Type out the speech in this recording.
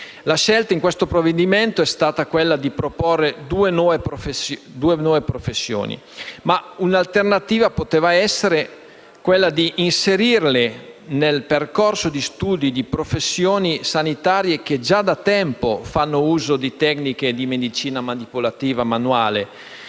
la scelta del provvedimento è stata di proporre due nuove professioni, ma un'alternativa sarebbe potuta essere quella di inserirle nel percorso di studio di professioni sanitarie che già da tempo fanno uso di tecniche della medicina manipolativa manuale,